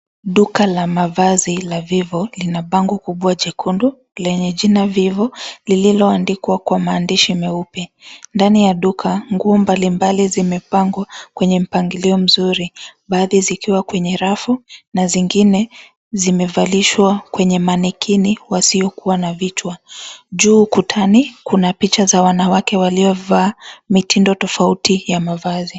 Duka la mavazi la Vivo lina bango kubwa jekundu lenye jina Vivo, lililoandikwa kwa maandishi meupe. Ndani ya duka, nguo mbalimbali zimepangwa kwenye mpangilio mzuri, baadhi zikiwa kwenye rafu na zingine zimevalishwa kwenye manikini wasiokuwa na vichwa. Juu kutani kuna picha za wanawake waliovaa mitindo tofauti ya mavazi.